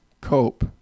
cope